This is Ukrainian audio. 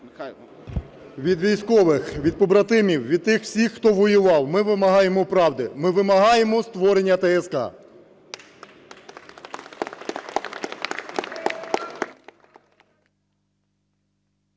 Від військових, від побратимів, від тих всіх, хто воював, ми вимагаємо правди, ми вимагаємо створення ТСК.